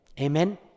Amen